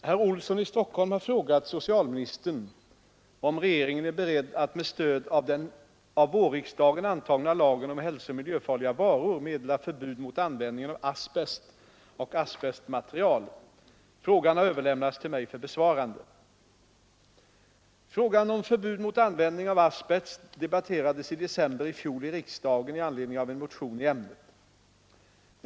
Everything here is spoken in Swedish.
Herr talman! Herr Olsson i Stockholm har frågat socialministern om regeringen är beredd att med stöd av den av vårriksdagen antagna lagen om hälsooch miljöfarliga varor meddela förbud mot användningen av asbest och asbestmaterial. Frågan har överlämnats till mig för besvarande. Frågan om förbud mot användning av asbest debatterades i december i fjol i riksdagen i anledning av en motion i ämnet.